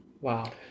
Wow